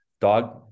dog